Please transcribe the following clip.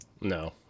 No